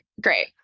great